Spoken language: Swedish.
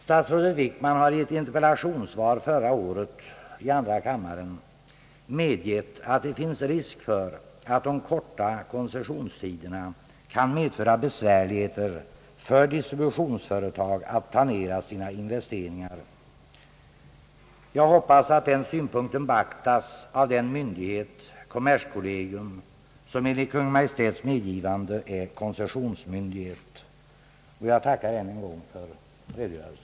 Statsrådet Wickman har i ett interpellationssvar i andra kammaren förra året medgivit att det finns risk för att de korta koncessionstiderna kan medföra besvärligheter för distributionsföretagen när det gäller planeringen av deras investeringar. Jag hoppas att denna synpunkt skall beaktas av kommerskollegium, som enligt Kungl. Maj:ts medgivande är koncessionsmyndighet. Jag tackar än en gång för svaret.